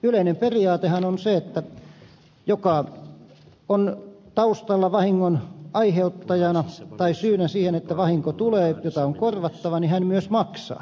yleinen periaatehan on se että joka on taustalla vahingon aiheuttajana tai syynä siihen että vahinko tulee jota on korvattava hän myös maksaa